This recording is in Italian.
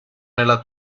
nella